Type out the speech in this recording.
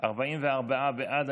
44 בעד,